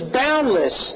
boundless